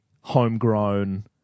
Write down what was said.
homegrown